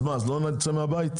אז מה, לא נצא מהבית?